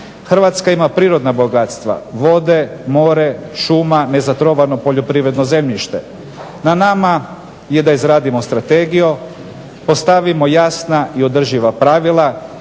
Hrvatska ima prirodna bogatstva, vode, more, šuma, nezatrovano poljoprivredno zemljište. Na nama je da izradimo strategiju, postavimo jasna i održiva pravila